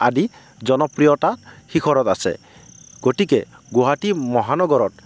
আদি জনপ্ৰিয়তাৰ শিখৰত আছে গতিকে গুৱাহাটী মহানগৰত